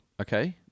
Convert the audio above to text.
okay